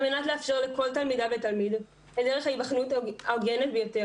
וזאת על מנת לאפשר לכל תלמידה ותלמיד דרך היבחנות הוגנת ביותר,